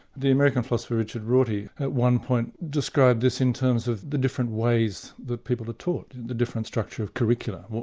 the american philosopher, richard rorty, at one point described this in terms of the different ways that people are taught, and the different structure of curricula,